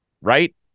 right